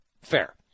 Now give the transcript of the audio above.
Fair